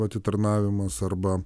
atitarnavimas arba